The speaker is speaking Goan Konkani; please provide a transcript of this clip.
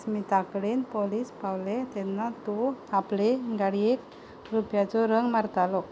स्मिथा कडेन पुलीस पावले तेन्ना तो आपले गाडयेक रुप्याचो रंग मारतालो